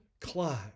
climb